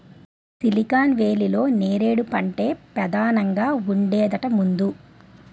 silicon వేలీలో నేరేడు పంటే పదానంగా ఉండేదట ముందు